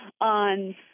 on